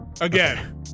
again